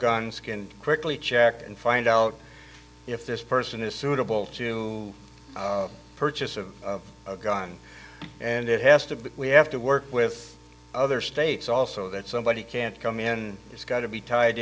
guns can quickly check and find out if this person is suitable to purchase of a gun and it has to be we have to work with other states also that somebody can't come in it's got to be tied